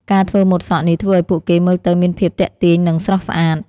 ការធ្វើម៉ូតសក់នេះធ្វើឱ្យពួកគេមើលទៅមានភាពទាក់ទាញនិងស្រស់ស្អាត។